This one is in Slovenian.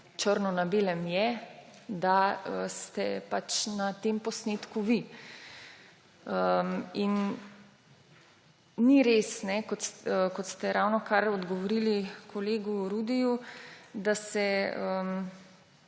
Črno na belem je, da ste na tem posnetku vi. Ni res, kot ste ravnokar odgovorili kolegu Rudiju, da se